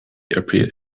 appeared